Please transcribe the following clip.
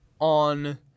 on